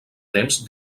temps